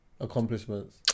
Accomplishments